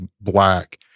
black